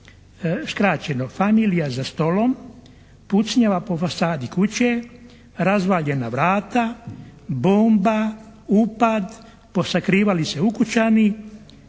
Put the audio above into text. skraćeno, familija za stolom, pucnjava po fasadi kuće, razvaljena vrata, bomba, upad, posakrivali se ukućani,